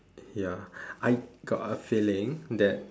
ya I got a feeling that